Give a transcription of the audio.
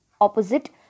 opposite